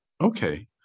Okay